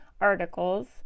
articles